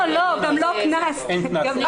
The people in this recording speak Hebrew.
גם לא קנס.